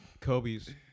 Kobe's